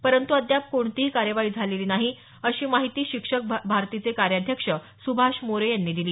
परंतू अद्याप कोणतीही कार्यवाही झालेली नाही अशी माहिती शिक्षक भारतीचे कार्याध्यक्ष सुभाष मोरे यांनी दिली